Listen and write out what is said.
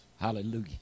Hallelujah